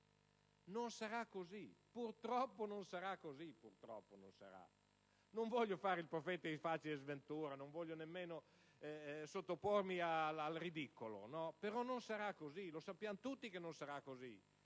Non sarà così: purtroppo non sarà così. Non voglio fare il profeta di facile sventura e nemmeno sottopormi al ridicolo, però non sarà così. Lo sappiamo tutti che non sarà così.